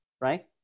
Right